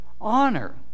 honor